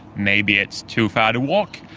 maybe it's too far to walk,